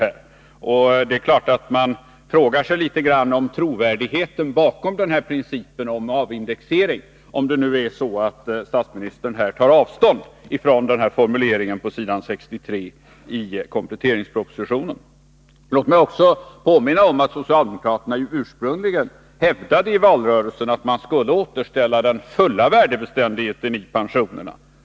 Man kan också fråga sig hur det är med trovärdigheten vad gäller principerna om avindexering — om nu statsministern tar avstånd från formuleringen på s. 63 i kompletteringspropositionen. Låt mig påminna om att socialdemokraterna ursprungligen hävdade i valrörelsen att man skulle återställa den fulla värdebeständigheten.